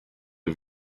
her